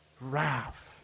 wrath